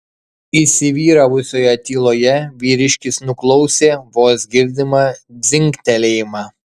įsivyravusioje tyloje vyriškis nuklausė vos girdimą dzingtelėjimą